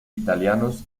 italianos